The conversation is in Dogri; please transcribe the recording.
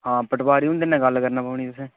हां पटवारी हुंदे नै गल्ल करना पौनी तुसें